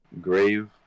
Grave